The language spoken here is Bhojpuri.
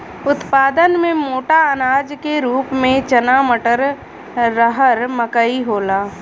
उत्पादन में मोटा अनाज के रूप में चना मटर, रहर मकई होला